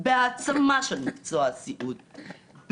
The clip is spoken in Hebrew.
בהעצמה של מקצוע הסיעוד,